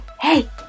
Hey